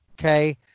Okay